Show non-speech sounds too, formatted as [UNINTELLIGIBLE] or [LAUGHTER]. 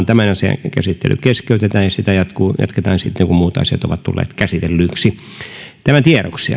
[UNINTELLIGIBLE] tämän asian käsittely vain keskeytetään ja sitä jatketaan sitten kun muut asiat ovat tulleet käsitellyiksi tämä tiedoksi [UNINTELLIGIBLE]